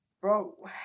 Bro